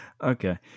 Okay